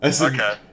Okay